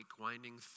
winding